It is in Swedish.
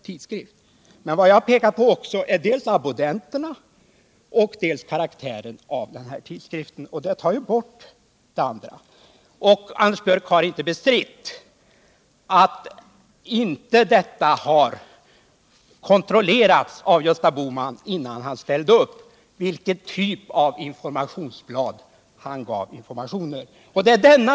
Men jag har också velat peka på dels vilka abonnenter, dels vilken karaktär denna tidskrift har. Anders Björck har inte bestritt att Gösta Bohman inte har kontrollerat vilken typ av informationsblad det var fråga om innan han ställde upp.